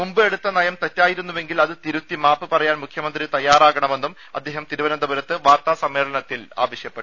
മുമ്പ് എടുത്ത നയം തെറ്റായിരുന്നുവെങ്കിൽ അത് തിരുത്തി മാപ്പ് പറയാൻ മുഖ്യമന്ത്രി തയ്യാറാകണമെന്നും അദ്ദേഹം തിരുവനന്തപുരത്ത് വാർത്താ സമ്മേളനത്തിൽ ആവശ്യപ്പെട്ടു